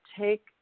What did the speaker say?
take